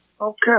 Okay